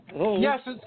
Yes